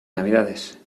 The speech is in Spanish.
navidades